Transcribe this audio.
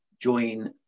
join